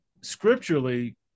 scripturally